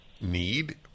need